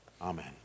amen